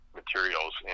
materials